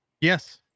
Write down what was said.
Yes